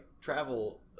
travel